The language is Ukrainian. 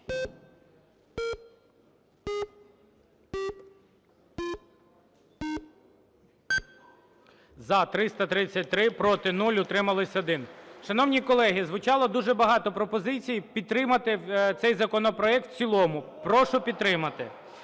За-333 Проти – 0, утримались – 1. Шановні колеги, звучало дуже багато пропозицій підтримати цей законопроект в цілому. Прошу підтримати.